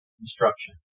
instruction